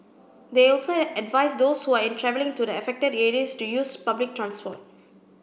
they also advised those who are travelling to the affected areas to use public transport